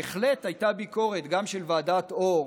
בהחלט הייתה ביקורת, גם של ועדת אור